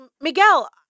Miguel